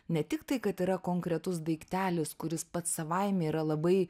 ne tiktai kad yra konkretus daiktelis kuris pats savaime yra labai